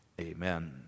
Amen